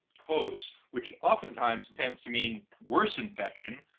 hosts, which oftentimes tends to mean worse infection.